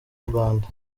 rwanda